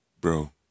bro